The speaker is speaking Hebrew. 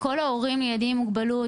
כל ההורים לילדים גם מוגבלות,